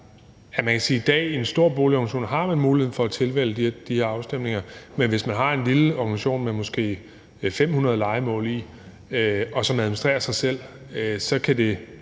boligorganisation mulighed for at tilvælge de her afstemninger, men hvis man har en lille organisation med måske 500 lejemål, og som administrerer sig selv, kan det